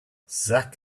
zak